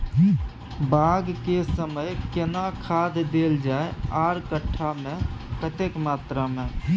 बाग के समय केना खाद देल जाय आर कट्ठा मे कतेक मात्रा मे?